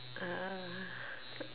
ah